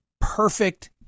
perfect